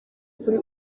kuri